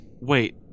Wait